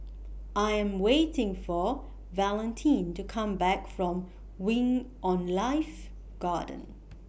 I Am waiting For Valentin to Come Back from Wing on Life Garden